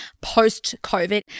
post-COVID